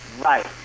Right